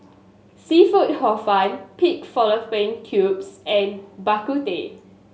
seafood Hor Fun pig fallopian tubes and Bak Kut Teh